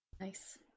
nice